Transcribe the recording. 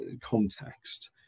context